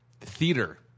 theater